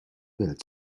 welt